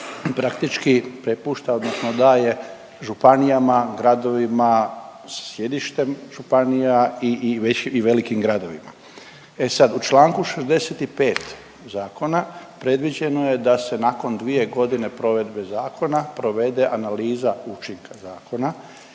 praktički prepušta odnosno daje županijama, gradovima, sjedištem županija i, i već…, i velikim gradovima. E sad, u čl. 65. zakona predviđeno je da se nakon 2.g. provedbe zakona provede analiza učinka zakona